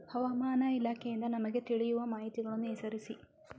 ಹವಾಮಾನ ಇಲಾಖೆಯಿಂದ ನಮಗೆ ತಿಳಿಯುವ ಮಾಹಿತಿಗಳನ್ನು ಹೆಸರಿಸಿ?